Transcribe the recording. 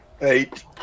Eight